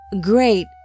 Great